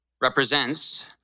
represents